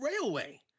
railway